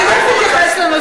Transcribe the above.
קודם כול, זה נכון.